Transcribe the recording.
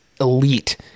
elite